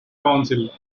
council